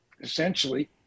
essentially